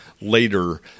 later